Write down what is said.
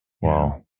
Wow